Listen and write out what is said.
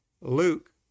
Luke